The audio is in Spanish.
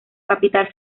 capital